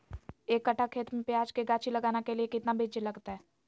एक कट्ठा खेत में प्याज के गाछी लगाना के लिए कितना बिज लगतय?